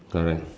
alright